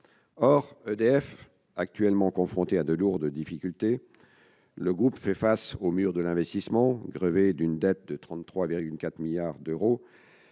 Or EDF est actuellement confrontée à de lourdes difficultés. Le groupe fait face au mur de l'investissement : grevé d'une dette de 33,4 milliards d'euros,